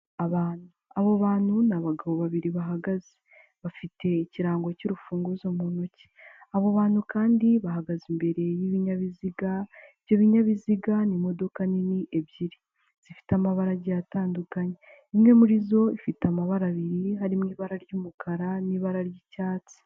Abantu abo bantu ni abagabo babiri bahagaze bafite ikirango cy'urufunguzo mu ntoki, abo bantu kandi bahagaze imbere y'ibinyabiziga, ibyo binyabiziga ni imodoka nini ebyiri zifite amabara agiye atandukanye imwe muri zo ifite amabara abiri harimo ibara ry'umukara n'ibara ry'icyatsi.